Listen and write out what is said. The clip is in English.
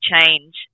change